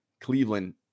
Cleveland